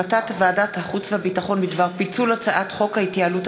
החלטת ועדת החוץ והביטחון בדבר פיצול הצעת חוק ההתייעלות